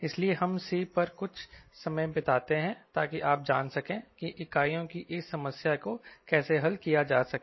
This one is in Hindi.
इसलिए हम C पर कुछ समय बिताते हैं ताकि आप जान सके की इकाइयों की इस समस्या को कैसे हल किया जाए